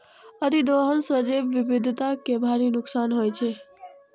अतिदोहन सं जैव विविधता कें भारी नुकसान होइ छै